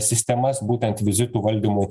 sistemas būtent vizitų valdymų